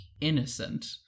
innocent